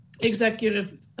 executive